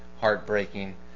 heartbreaking